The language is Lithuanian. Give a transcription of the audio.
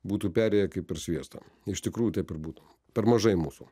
būtų perėję kaip per sviestą iš tikrųjų taip ir būtų per mažai mūsų